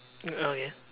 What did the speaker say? oh ya